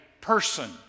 person